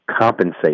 compensate